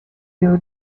you